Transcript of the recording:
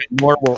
More